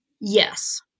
Yes